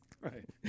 Right